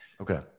Okay